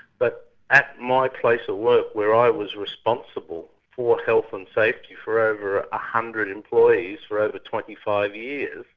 but at my place of work where i was responsible for health and safety for over one ah hundred employees for over twenty five years.